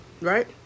right